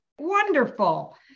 Wonderful